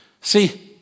See